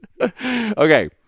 Okay